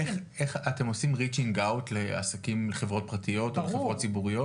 אתם עושים ריצינג'-אאוט לחברות ציבוריות ופרטיות?